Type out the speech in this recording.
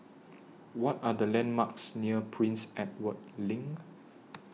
What Are The landmarks near Prince Edward LINK